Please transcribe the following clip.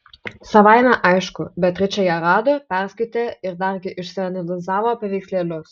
savaime aišku beatričė ją rado perskaitė ir dargi išsianalizavo paveikslėlius